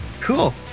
Cool